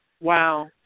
Wow